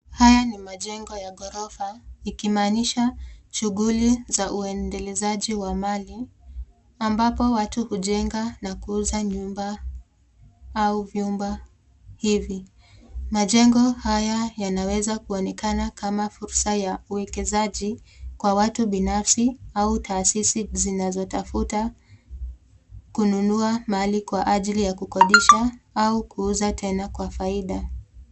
Haya ni majengo ya ghorofa ikimaanisha shughuli za uendelezaji wa mali ambapo watu hujenga na kuuza nyumba au vyumba hivi. Majengo haya yanaweza kuonekana kama fursa ya uwekezaji kwa watu binafsi au taasisi zinazotafuta kununua mahali kwa ajili ya kukodisha au kuuza tena kwa faida.